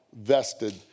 vested